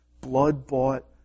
blood-bought